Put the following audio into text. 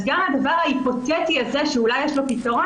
אז גם הדבר ההיפותטי הזה שאולי יש לו פתרון,